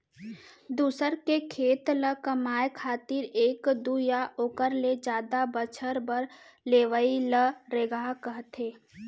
दूसर के खेत ल कमाए खातिर एक दू या ओकर ले जादा बछर बर लेवइ ल रेगहा कथें